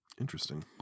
Interesting